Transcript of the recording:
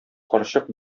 карчык